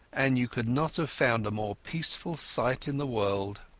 and you could not have found a more peaceful sight in the world.